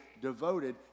devoted